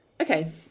Okay